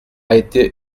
été